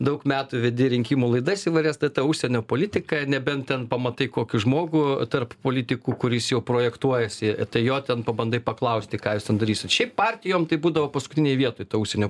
daug metų vedi rinkimų laidas įvairias tai ta užsienio politika nebent ten pamatai kokį žmogų tarp politikų kuris jau projektuojasi tai jo ten pabandai paklausti ką jūs ten darysit šiaip partijom tai būdavo paskutinėj vietoj ta užsienio